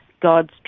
God's